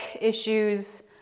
issues